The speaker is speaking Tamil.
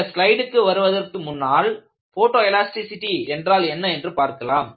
இந்த ஸ்லைடுக்கு வருவதற்கு முன்னால் போட்டோ எலாஸ்டிசிடி என்றால் என்ன என்று பார்க்கலாம்